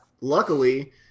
luckily